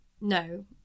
No